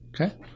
Okay